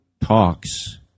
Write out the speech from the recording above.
talks